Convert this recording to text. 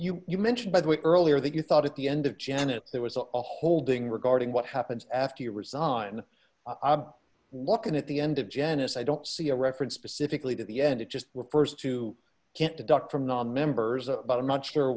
you you mentioned by the way earlier that you thought at the end of janet's there was a holding regarding what happens after you resign ob looking at the end of janice i don't see a reference specifically to the end it just refers to get the doc from nonmembers but i'm not sure